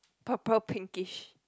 purple pinkish